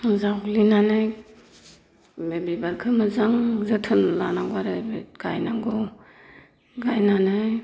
जावग्लिनानै बे बिबारखौ मोजां जोथोन लानांगौ आरो गायनांगौ गायनानै